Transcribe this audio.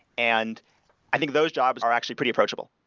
and i think those jobs are actually pretty approachable.